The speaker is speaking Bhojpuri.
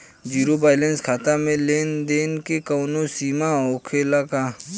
जीरो बैलेंस खाता में लेन देन के कवनो सीमा होखे ला का?